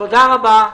תודה רבה,